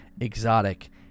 exotic